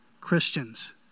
Christians